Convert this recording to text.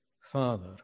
father